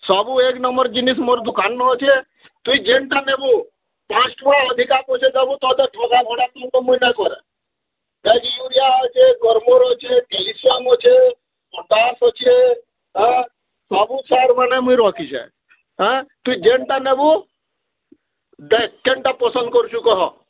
ସବୁ ଏକ୍ ନମ୍ୱର୍ ଜିନିଷ୍ ମୋର୍ ଦୁକାନ୍ନୁ ଅଛେ ତୁଇ ଯେନ୍ଟା ନେବୁ ପାଞ୍ଚ୍ ଟଙ୍ଗା ଅଧିକା ପଛେ ଦେବୁ ତତେ ଠକା ଭଣା କିନ୍ତୁ ମୁଇଁ ନାଇଁ କରେଁ ଦେଖ୍ ୟୁରିଆ ଅଛେ ଗ୍ରୋମର୍ ଅଛେ କ୍ୟାଲିସିୟମ୍ ଅଛେ ପଟାସ୍ ଅଛେ ଆଁ ସବୁ ସାର୍ ମାନେ ମୁଇଁ ରଖିଚେଁ ହାଁ ତୁଇ ଯେନ୍ଟା ନେବୁ ଦେଖ୍ କେନ୍ଟା ପସନ୍ଦ୍ କରୁଚୁ କହ